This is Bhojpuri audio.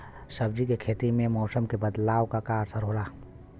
सब्जी के खेती में मौसम के बदलाव क का असर होला?